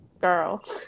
girl